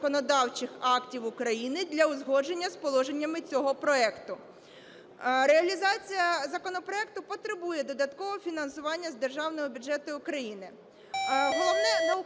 законодавчих актів України для узгодження з положеннями цього проекту. Реалізація законопроекту потребує додаткового фінансування з державного бюджету України.